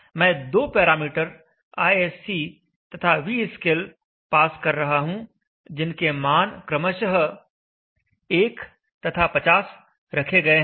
मैं दो parameter ISC तथा Vscale पास कर रहा हूं जिनके मान क्रमशः 1 तथा 50 रखे गए हैं